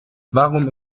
warum